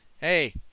hey